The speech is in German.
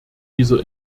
dieser